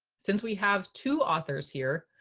since we have two authors here,